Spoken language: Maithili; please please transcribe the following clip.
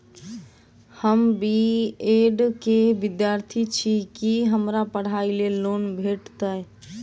हम बी ऐड केँ विद्यार्थी छी, की हमरा पढ़ाई लेल लोन भेटतय?